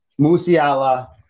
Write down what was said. Musiala